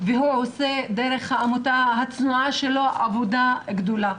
והוא עושה דרך העמותה הצנועה שלו עבודה גדולה.